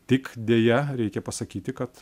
tik deja reikia pasakyti kad